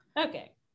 okay